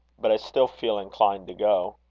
but i still feel inclined to go.